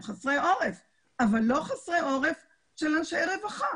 הם חסרי עורף אבל לא חסרי עורף של אנשי רווחה.